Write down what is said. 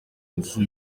nzu